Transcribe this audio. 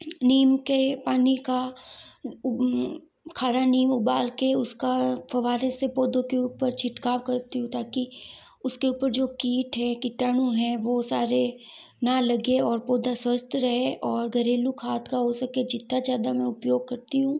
नीम के पानी का उब खारा नीम उबाल के उसका फ़व्वारे से पौधों के ऊपर छिड़काव करती हूँ ताकि उसके ऊपर जो कीट है कीटाणुं हैं वो सारे ना लगें और पौधा स्वस्थ रहे और घरेलू खाद का हो सके जितना ज़्यादा मैं उपयोग करती हूँ